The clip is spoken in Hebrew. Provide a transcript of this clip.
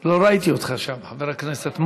לא ראיתי אותך שם, חבר הכנסת מוזס,